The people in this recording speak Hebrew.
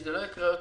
ושזה לא יקרה יותר.